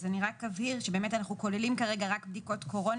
אז אני רק אבהיר שבאמת אנחנו כוללים כרגע רק בדיקות קורונה